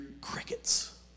crickets